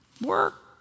Work